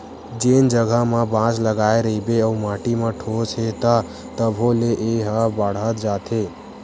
जेन जघा म बांस लगाए रहिबे अउ माटी म ठोस हे त तभो ले ए ह बाड़हत जाथे